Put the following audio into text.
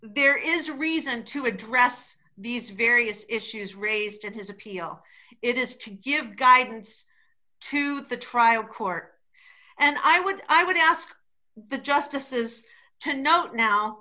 there is reason to address these various issues raised in his appeal it is to give guidance to the trial court and i would i would ask the justices to note now